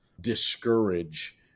discourage